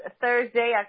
Thursday